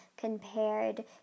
compared